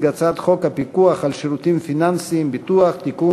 את הצעת חוק הפיקוח על שירותים פיננסיים (ביטוח) (תיקון,